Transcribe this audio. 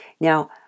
Now